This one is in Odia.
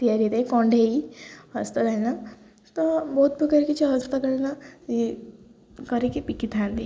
ତିଆରି ହୋଇଥାଏ କଣ୍ଢେଇ ହସ୍ତକାଳୀନ ତ ବହୁତ ପ୍ରକାର କିଛି ହସ୍ତକାଳୀନ କରିକି ବିକିଥାନ୍ତି